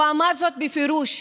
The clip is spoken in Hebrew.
הוא אמר זאת בפירוש,